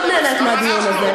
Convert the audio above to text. כי באמת אני נהנית מאוד מהדיון הזה.